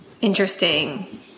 interesting